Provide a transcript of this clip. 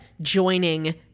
joining